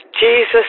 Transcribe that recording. Jesus